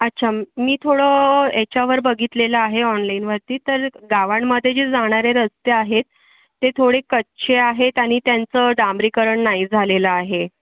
अच्छा मी थोडं याच्यावर बघितलेलं आहे ऑनलाईनवरती तर गावांमध्ये जे जाणारे रस्ते आहेत ते थोडे कच्चे आहेत आणि त्यांचं डांबरीकरण नाही झालेलं आहे